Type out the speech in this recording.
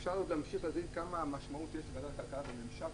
אפשר עוד להמשיך כמה משמעות יש לוועדת הכלכלה בממשק